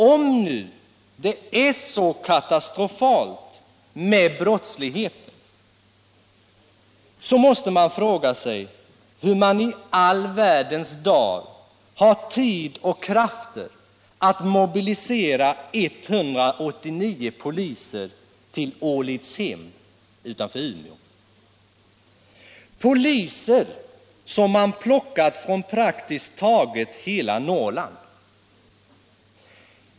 Om brottsligheten är så katastrofal, måste man fråga sig hur man i all världens dar har tid och krafter att mobilisera 189 poliser till Ålidhem utanför Umeå, poliser som man plockat från praktiskt taget hela Norrland.